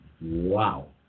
Wow